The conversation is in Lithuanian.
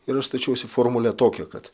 ir aš stačiausi formulę tokią kad